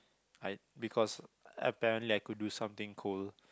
I because apparently I could do something cool